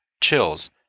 chills